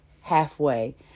halfway